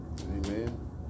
Amen